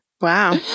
Wow